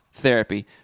Therapy